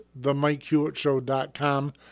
themikehewittshow.com